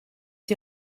die